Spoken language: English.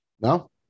no